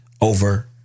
over